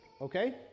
okay